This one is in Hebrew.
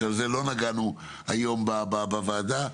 שעל זה לא נגענו היום בוועדה.